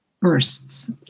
bursts